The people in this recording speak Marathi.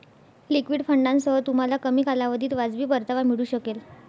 लिक्विड फंडांसह, तुम्हाला कमी कालावधीत वाजवी परतावा मिळू शकेल